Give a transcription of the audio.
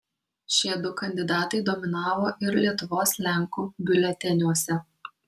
šie du kandidatai dominavo ir lietuvos lenkų biuleteniuose